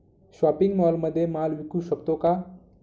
Shopping मॉलमध्ये माल विकू शकतो का?